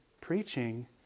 preaching